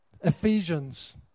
Ephesians